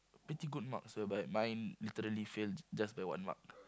pretty good marks whereby mine literally fail just by one mark